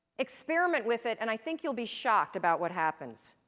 experiment with it, and i think you'll be shocked about what happens.